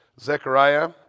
Zechariah